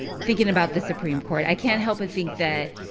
thinking about the supreme court, i can't help but think that